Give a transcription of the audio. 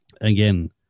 again